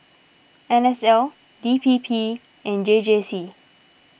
N S L D P P and J J C